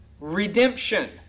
redemption